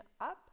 up